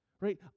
right